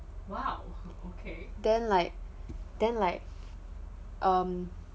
then like then like um